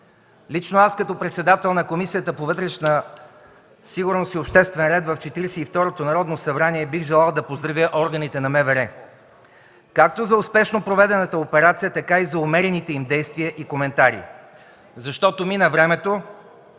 Лично аз като председател на Комисията по вътрешна сигурност и обществен ред в Четиридесет и второто Народно събрание бих желал да поздравя органите на МВР както за успешно проведената операция, така и за умерените им действия и коментари, защото мина времето,